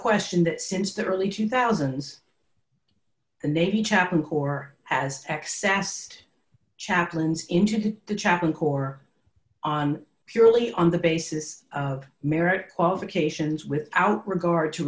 question that since the early to thousands the navy chaplain corps has accessed chaplains into the chaplain corps on purely on the basis of merit qualifications without regard to